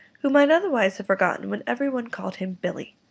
who might otherwise have forgotten when everybody called him billy.